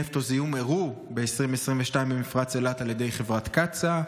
נפט או זיהום אירעו ב-2022 במפרץ אילת על ידי חברת קצא"א?